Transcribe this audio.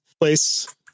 place